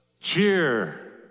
Cheer